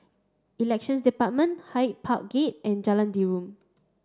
Elections Department Hyde Park Gate and Jalan Derum